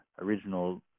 original